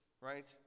right